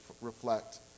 reflect